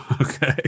Okay